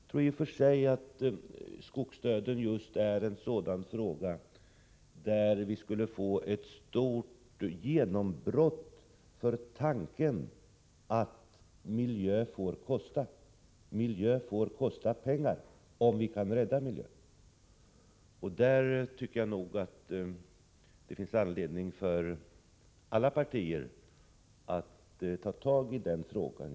Jag tror i och för sig att just skogsdöden är en sådan fråga där vi skulle kunna få ett stort genombrott för tanken att miljön får kosta pengar, om vi därigenom kan rädda den. Det finns anledning för alla partier att agera på denna punkt.